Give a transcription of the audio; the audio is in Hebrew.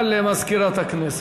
בעד,